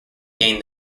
gained